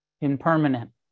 impermanent